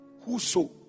whoso